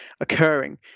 occurring